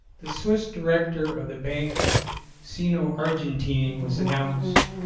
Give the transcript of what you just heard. the swiss director of the banque sino argentine was announced.